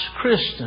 Christian